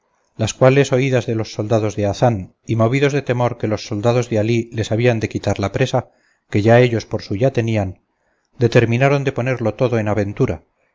las cuales oídas de los soldados de hazán y movidos de temor que los soldados de alí les habían de quitar la presa que ya ellos por suya tenían determinaron de ponerlo todo en aventura